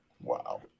Wow